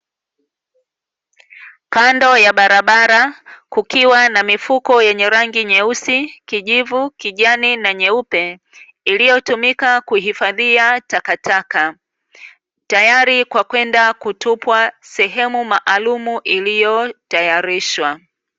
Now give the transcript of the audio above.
Kando ya barabara kukiwa na mifuko yenye rangi nyeusi, kijivu, kijani na nyeupe, iliyotumika kuhifadhia takataka. Tayari kwa kwenda kutupwa sehemu maalumu iliyotayarishwa.